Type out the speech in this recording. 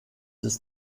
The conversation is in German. ist